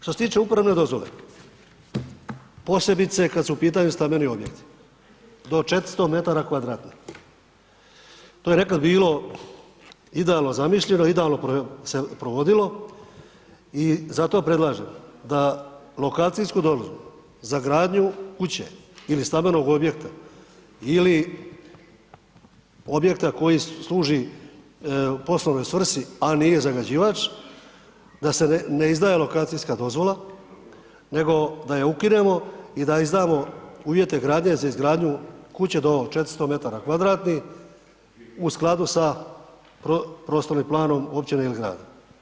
Što se tiče uporabne dozvole posebice kada su u pitanju stambeni objekti do 400 metara kvadratnih, to je nekada bilo idealno zamišljeno, idealno se provodilo i zato predlažem da lokacijsku dozvolu za gradnju kuće ili stambenog objekta, ili objekta koji služi poslovnoj svrsi a nije zagađivač da se ne izdaje lokacijska dozvola, nego da ju ukinemo i da izdamo uvjete gradnje za izgradnju kuće do 400 metara kvadratnih u skladu sa prostornim planom općine ili grada.